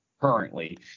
currently